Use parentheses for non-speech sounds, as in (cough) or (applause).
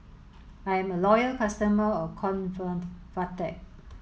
I'm a loyal customer of (unintelligible)